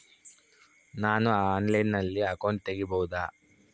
ನಾನು ಆನ್ಲೈನಲ್ಲಿ ಅಕೌಂಟ್ ತೆಗಿಬಹುದಾ?